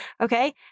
Okay